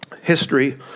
history